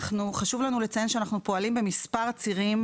חשוב לנו לציין שאנחנו פועלים במספר צירים